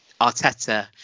Arteta